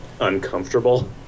uncomfortable